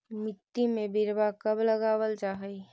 मिट्टी में बिरवा कब लगावल जा हई?